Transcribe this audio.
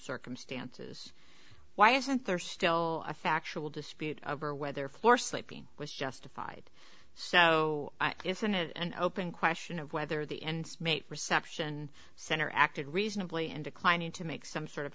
circumstances why isn't there still a factual dispute over whether floor sleeping was justified so isn't it an open question of whether the ends made reception center acted reasonably and declining to make some sort of